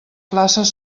places